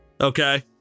Okay